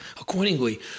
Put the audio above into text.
accordingly